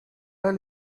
pas